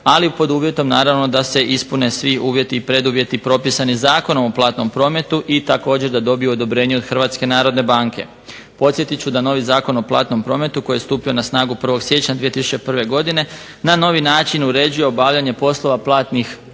ali pod uvjetom naravno da se ispune svi uvjeti i preduvjeti propisani Zakonom o platnom prometu i također da dobiju odobrenje od Hrvatske narodne banke. Podsjetit ću da novi Zakon o platnom prometu koji je stupio na snagu 1. siječnja 2001. godine na novi način uređuje obavljanje poslova platnih